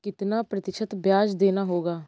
कितना प्रतिशत ब्याज देना होगा?